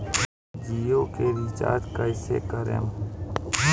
जियो के रीचार्ज कैसे करेम?